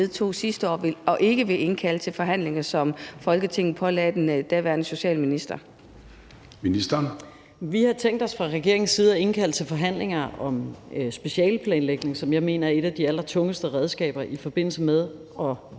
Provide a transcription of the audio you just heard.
Vi har tænkt os fra regeringens side at indkalde til forhandlinger om specialeplanlægning, som jeg mener er et af de allertungeste redskaber i forbindelse med at